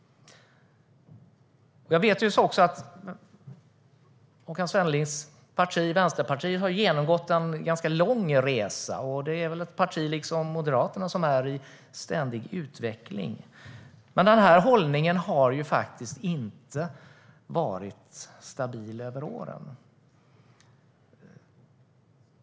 Jag vet att Håkan Svennelings parti Vänsterpartiet har genomgått en lång resa. Det är väl ett parti som liksom Moderaterna är i ständig utveckling. Men den hållningen har inte varit stabil över åren.